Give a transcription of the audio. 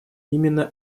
именно